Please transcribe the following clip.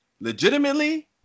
legitimately